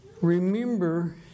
remember